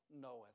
knoweth